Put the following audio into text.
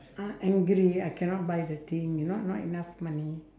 ah angry I cannot buy the thing you not not enough money